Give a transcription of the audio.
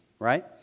right